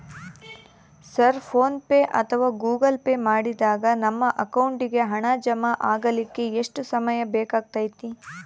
Sir PhonePe ಅಥವಾ Google Pay ಮಾಡಿದಾಗ ನಮ್ಮ ಅಕೌಂಟಿಗೆ ಹಣ ಜಮಾ ಆಗಲಿಕ್ಕೆ ಎಷ್ಟು ಸಮಯ ಬೇಕಾಗತೈತಿ?